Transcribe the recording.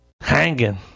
hanging